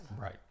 right